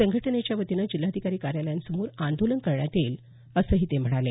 संघटनेच्यावतीनं जिल्हाधिकारी कार्यालयांसमोर आंदोलन करण्यात येईल असंही ते म्हणाले